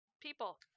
people